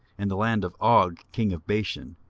and the land of og king of bashan,